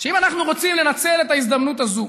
שאם אנחנו רוצים לנצל את ההזדמנות הזו